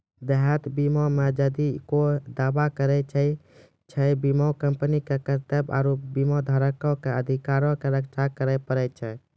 देयता बीमा मे जदि कोय दावा करै छै, बीमा कंपनी के कर्तव्य आरु बीमाधारको के अधिकारो के रक्षा करै पड़ै छै